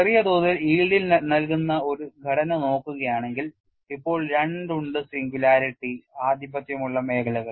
ചെറിയ തോതിൽ Yielding നൽകുന്ന ഒരു ഘടന നോക്കുകയാണെങ്കിൽ ഇപ്പോൾ രണ്ട് ഉണ്ട് സിംഗുലാരിറ്റി ആധിപത്യമുള്ള മേഖലകൾ